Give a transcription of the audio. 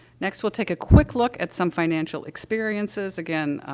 next, we'll take a quick look at some financial experiences. again,